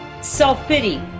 self-pity